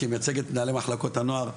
כמייצג את מנהלי מחלקות הנוער,